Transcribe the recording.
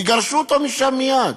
יגרשו אותו משם מייד.